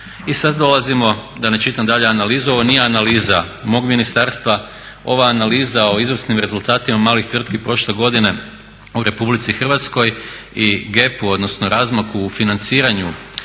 I sada dolazimo da ne čitam dalje analizu, ovo nije analiza mog ministarstva, ova analiza o izvrsnim rezultatima malih tvrtki prošle godine u RH i GOP-u odnosno razmaku u financiranju